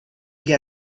gli